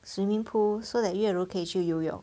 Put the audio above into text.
swimming pool so that 月如可以去游泳